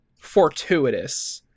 fortuitous